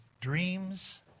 dreams